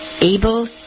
able